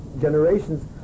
generations